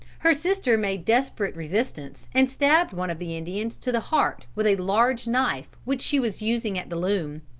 her sister made desperate resistance, and stabbed one of the indians to the heart with a large knife which she was using at the loom.